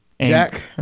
Jack